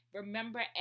remember